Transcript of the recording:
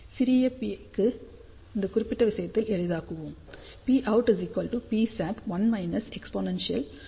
சிறிய Pi க்கு இந்த குறிப்பிட்ட விஷயத்தை எளிதாக்குவோம்